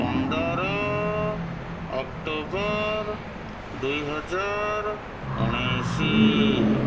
ପନ୍ଦର ଅକ୍ଟୋବର ଦୁଇହଜାର ଉଣେଇଶ